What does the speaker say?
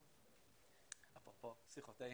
אפרופו שיחותינו,